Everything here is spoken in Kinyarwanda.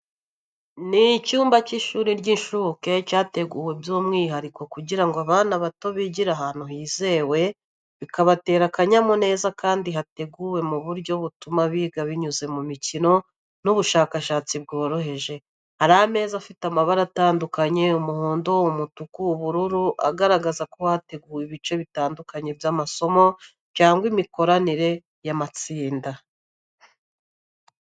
Ni icyumba cy’ishuri ry’incuke cyateguwe by’umwihariko kugira ngo abana bato bigire ahantu hizewe bikabatera akanyamuneza kandi hateguwe mu buryo butuma biga binyuze mu mikino n’ubushakashatsi bworoheje. Hari ameza afite amabara atandukanye umuhondo, umutuku, ubururu agaragaza ko hateguwe ibice bitandukanye by’amasomo cyangwa imikoranire y’amatsinda.